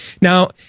Now